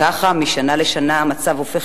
וכאשר הוא חוקק,